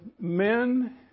men